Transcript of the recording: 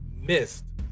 missed